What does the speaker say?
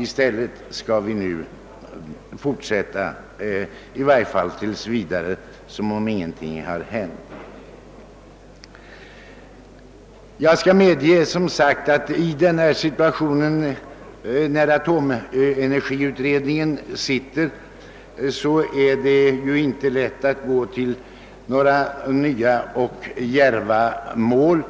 I stället skall vi fortsätta, i varje fall tills vidare, som om ingenting hade hänt. Jag skall, som sagt, medge att i denna situation, när atomenergiutredningen arbetar, det inte är lätt att ställa upp några nya och djärva mål.